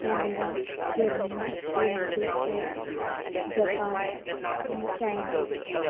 Canada Germany united state Japan China